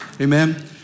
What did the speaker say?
Amen